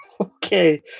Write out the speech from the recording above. Okay